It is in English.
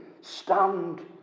Stand